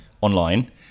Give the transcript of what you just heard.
online